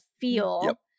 feel